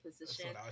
position